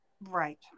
right